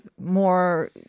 more